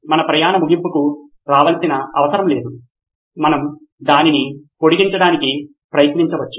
మన ప్రయాణం ముగింపుకు రావలసిన అవసరం లేదు మనం దానిని పొడిగించడానికి ప్రయత్నించవచ్చు